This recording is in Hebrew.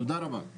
תודה רבה.